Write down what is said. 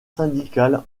syndical